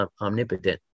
omnipotent